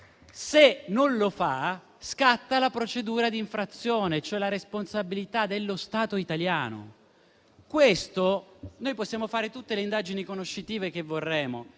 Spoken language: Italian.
non lo fa, scatta la procedura di infrazione, cioè la responsabilità dello Stato italiano. Possiamo fare tutte le indagini conoscitive che vorremo,